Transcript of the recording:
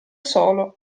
solo